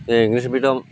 A English medium